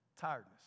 tiredness